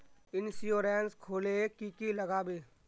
Insurance खोले की की लगाबे?